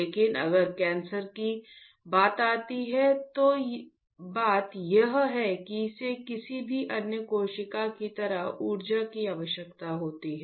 लेकिन अगर कैंसर की बात आती है तो बात यह है कि इसे किसी भी अन्य कोशिका की तरह ऊर्जा की आवश्यकता होती है